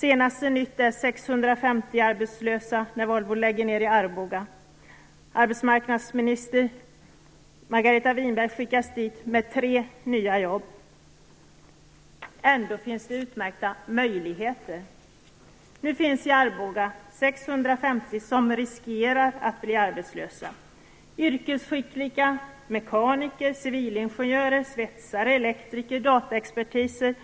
Senaste nytt är 650 arbetslösa när Volvo lägger ned i Arboga. Arbetsmarknadsminister Margareta Winberg skickades dit med tre nya jobb . Ändå finns det utmärkta möjligheter. Nu finns i Arboga 650 personer som riskerar att bli arbetslösa. Det rör sig om yrkesskickliga mekaniker, civilingenjörer, svetsare, elektriker, dataexperter